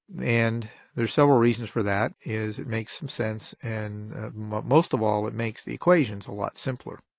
and there's several reasons for that is it makes some sense and most of all, it makes the equations a lot simpler.